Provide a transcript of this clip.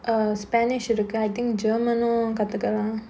err spanish இருக்கு:irukku I think german கத்துகலாம்:kaththukkalaam